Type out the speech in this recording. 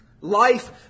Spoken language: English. Life